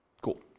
Cool